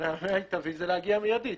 המענה המיטבי זה להגיע מידית.